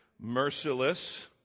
merciless